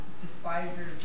despisers